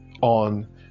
on